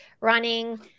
running